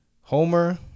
Homer